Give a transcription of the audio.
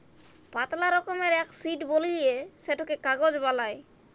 পাতলা রকমের এক শিট বলিয়ে সেটকে কাগজ বালাই